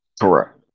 Correct